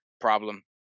Problem